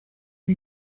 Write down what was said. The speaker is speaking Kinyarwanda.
iba